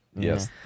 yes